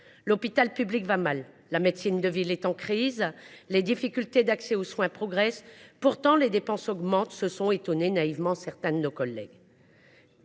L’hôpital public va mal, la médecine de ville est en crise, les difficultés d’accès aux soins progressent. Pourtant, les dépenses augmentent, se sont étonnés naïvement certains de nos collègues